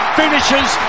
finishes